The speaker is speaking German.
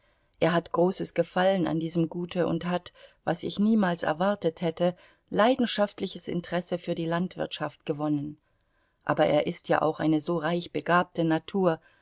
er hat großes gefallen an diesem gute und hat was ich niemals erwartet hätte leidenschaftliches interesse für die landwirtschaft gewonnen aber er ist ja auch eine so reich begabte natur